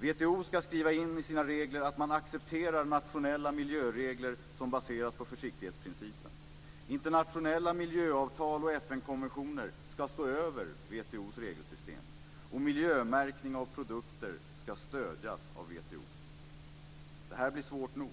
WTO ska skriva in i sina regler att man accepterar nationella miljöregler som baserar sig på försiktighetsprincipen, att internationella miljöavtal och FN-konventioner ska stå över WTO:s regelsystem och att miljömärkning av produkter ska stödjas av WTO. Detta blir svårt nog.